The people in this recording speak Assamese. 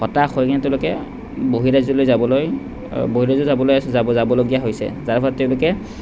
হতাশ হৈ কিনে তেওঁলোকে বহিঃৰাজ্যলৈ যাবলৈ বহিঃৰাজ্যলৈ যাবলৈ যাব যাবলগীয়া হৈছে যাৰ ফলত তেওঁলোকে